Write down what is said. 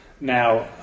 Now